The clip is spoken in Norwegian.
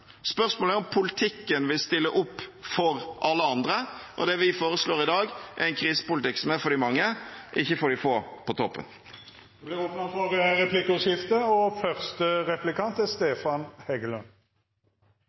Spørsmålet er om politikken vil stille opp for alle andre, og det vi foreslår i dag, er en krisepolitikk som er for de mange, ikke for de få på toppen. Det vert replikkordskifte. Jeg har lyst til å takke representanten for innlegget og